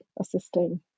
assisting